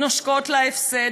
נושקות להפסד.